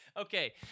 Okay